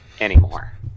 anymore